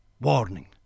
Warning